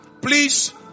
Please